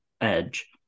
edge